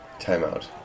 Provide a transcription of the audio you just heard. Timeout